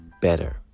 better